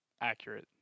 Accurate